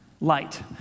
light